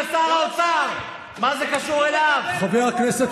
חבר הכנסת